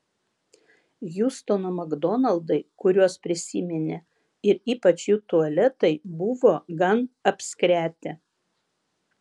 hjustono makdonaldai kuriuos prisiminė ir ypač jų tualetai buvo gan apskretę